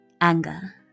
Anger